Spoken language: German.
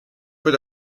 wird